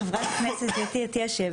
לחברת הכנסת אתי עטייה,